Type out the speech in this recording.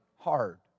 Hard